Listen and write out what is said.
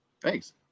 Thanks